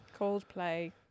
Coldplay